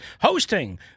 hosting